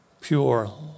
pure